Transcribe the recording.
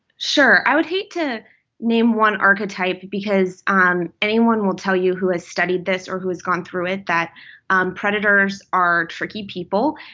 sure. i would hate to name one archetype because um anyone will tell you, who has studied this or who has gone through it, that um predators are tricky people,